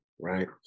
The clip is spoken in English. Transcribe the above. right